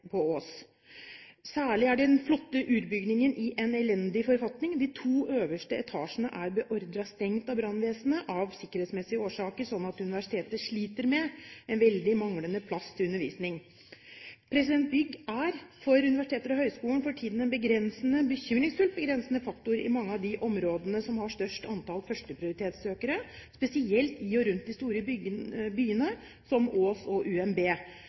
på Ås. Særlig er den flotte Urbygningen i en elendig forfatning. De to øverste etasjene er beordret stengt av brannvesenet, av sikkerhetsmessige årsaker, slik at universitetet sliter med en veldig manglende plass til undervisning. Bygg er for tiden en bekymringsfullt begrensende faktor for universiteter og høyskoler i mange av de områdene som har størst antall førsteprioritetssøkere, spesielt i og rundt de store byene som Ås og